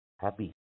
happy